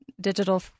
digital